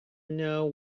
know